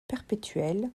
perpétuelle